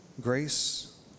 Grace